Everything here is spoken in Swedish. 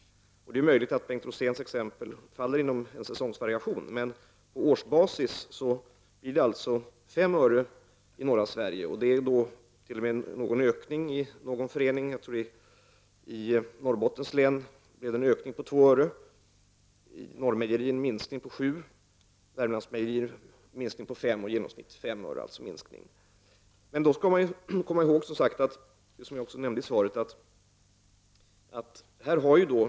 Det är möjligt att Bengt Roséns exempel inkluderar en säsongvariation. Men på årsbasis blir det fråga om 5 öre i norra Sverige. I någon förening -— jag tror det var i Norrbottens län — blev det t.o.m. en ökning med 2 öre. I Norrmejerier blev det en minskning med 7 öre, i Värmlandsmejerier en minskning med 5 öre, och i genomsnitt är det alltså en minskning med 5 öre. Som jag nämnde i svaret skall man då komma ihåg följande.